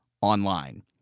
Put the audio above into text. online